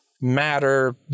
matter